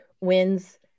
wins